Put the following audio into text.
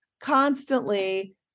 constantly